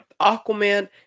aquaman